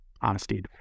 Honesty